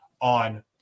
on